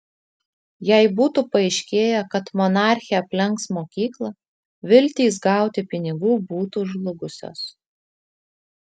jei būtų paaiškėję kad monarchė aplenks mokyklą viltys gauti pinigų būtų žlugusios